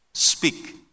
Speak